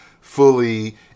fully